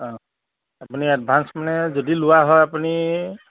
অঁ আপুনি এডভান্স মানে যদি লোৱা হয় আপুনি